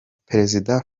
perezida